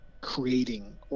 creating